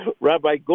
Rabbi